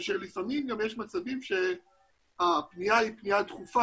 כאשר לפעמים גם יש מצבים שהפנייה היא פנייה דחופה.